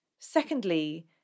Secondly